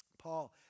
Paul